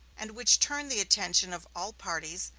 and which turned the attention of all parties,